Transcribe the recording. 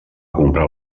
comprar